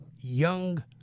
young